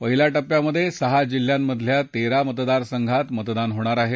पहिल्या टप्प्यात सहा जिल्ह्यामधल्या तेरा मतदारसंघात मतदान होणार आहे